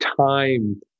time